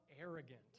arrogant